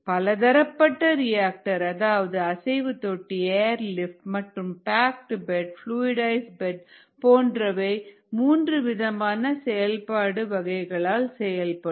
பலதரப்பட்ட ரிஆக்டர் அதாவது அசைவு தொட்டி ஏர்லிப்ட் மற்றும் பேக்டு பெட் ப்ளூஇடைஸ்டு பெட் போன்றவை மூன்று விதமான செயல்பாடு வகைகளால் செயல்படும்